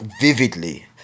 vividly